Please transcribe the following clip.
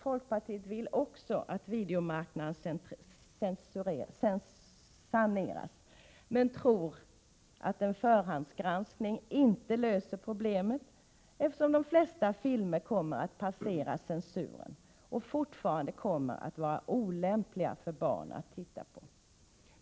Folkpartiet vill också att videomarknaden saneras, men en förhandsgranskning löser inte problemen — de flesta filmer kommer att passera censuren och fortfarande vara olämpliga för barn att titta på.